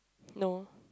no